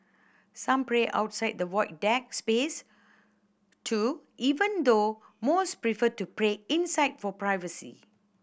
some pray outside the Void Deck space too even though most prefer to pray inside for privacy